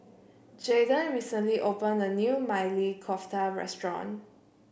Jaiden recently opened a new Maili Kofta Restaurant